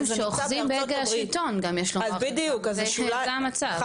השוליים שאוחזים בהגה השלטון, זה המצב.